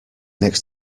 next